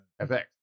FX